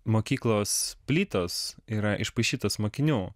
mokyklos plytos yra išpaišytos mokinių